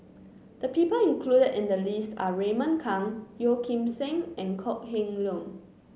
the people included in the list are Raymond Kang Yeo Kim Seng and Kok Heng Leun